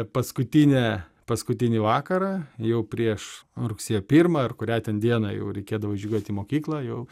paskutinė paskutinį vakarą jau prieš rugsėjo pirmą ar kurią ten dieną jau reikėdavo žygiuot į mokyklą jau